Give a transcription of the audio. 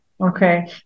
Okay